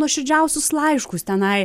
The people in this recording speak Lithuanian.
nuoširdžiausius laiškus tenai